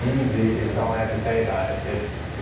um-zee is all i have to say about it. it's,